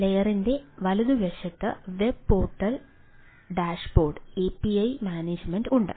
ലെയറിന്റെ വലതുവശത്ത് web portal dashboard API management ഉണ്ട്